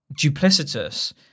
duplicitous